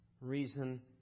reason